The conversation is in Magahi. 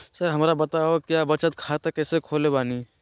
सर हमरा बताओ क्या बचत खाता कैसे खोले बानी?